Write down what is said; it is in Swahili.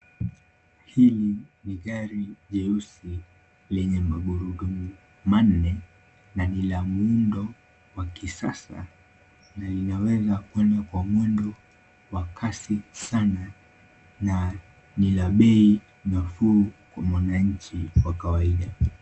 Hili ni gari jeusi lenye magurudumu manne na ni la muundo wa kisasa na linaweza kwenda kwa mwendo wa kasi sana na ni la bei nafuu kwa mwananchi wa kawaida.